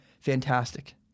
fantastic